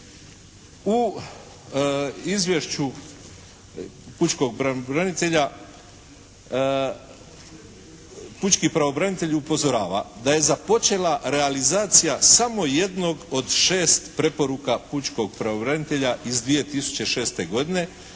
pučki pravobranitelj upozorava da je započela realizacija samo jednog od šest preporuka pučkog pravobranitelja iz 2006. godine,